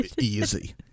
easy